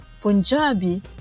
Punjabi